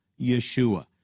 Yeshua